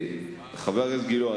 חבר הכנסת גילאון,